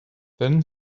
then